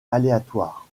aléatoire